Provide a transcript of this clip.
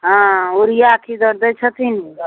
हँ युरिआ की दर दै छथिन